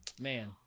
man